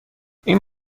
این